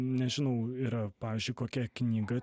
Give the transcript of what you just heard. nežinau yra pavyzdžiui kokia knyga